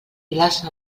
glaça